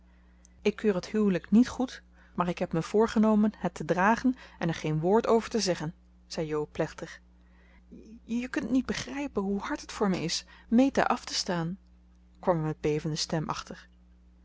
ik keur het huwelijk niet goed maar ik heb me voorgenomen het te dragen en er geen woord over te zeggen zei jo plechtig je kunt niet begrijpen hoe hard het voor mij is meta af te staan kwam er met bevende stem achter